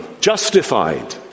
justified